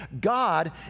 God